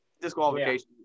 disqualification